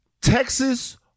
Texas